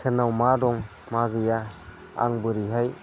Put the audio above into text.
सोरनाव मा दं मा गैया आं बोरैहाय